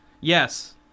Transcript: Yes